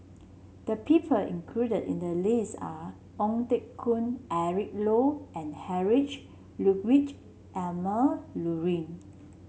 the people included in the list are Ong Teng Koon Eric Low and Heinrich Ludwig Emil Luering